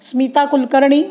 Smita Kulkarni